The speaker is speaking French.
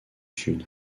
sud